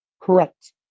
Correct